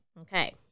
Okay